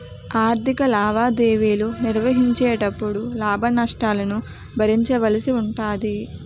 ఆర్ధిక లావాదేవీలు నిర్వహించేటపుడు లాభ నష్టాలను భరించవలసి ఉంటాది